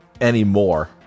anymore